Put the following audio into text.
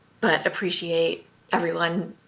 but appreciate everyone